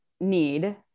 need